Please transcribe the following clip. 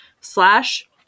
slash